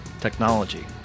technology